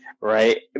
right